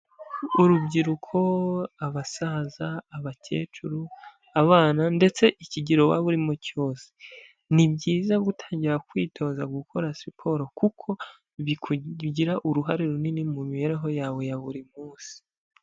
urubyiruko, abasaza, abakecuru, abana ndetse ikigero waba urimo cyose, ni byiza gutangira kwitoza gukora siporo kuko bigira uruhare runini mu mibereho yawe ya buri munsi.